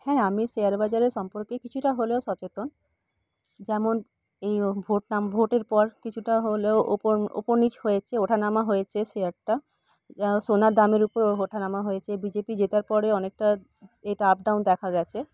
হ্যাঁ আমি শেয়ার বাজারের সম্পর্কে কিছুটা হলেও সচেতন যেমন এই ও ভোট নাম ভোটের পর কিছুটা হলেও ওপর ওপর নিচ হয়েছে ওঠা নামা হয়েছে শেয়ারটা সোনার দামের উপর ও ওঠা নামা হয়েছে বিজেপি জেতার পরে অনেকটা এটা আপ ডাউন দেখা গিয়েছে